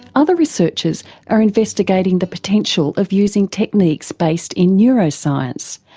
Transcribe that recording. other researchers are investigating the potential of using techniques based in neuroscience,